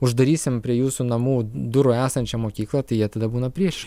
uždarysim prie jūsų namų durų esančią mokyklą tai jie tada būna prieš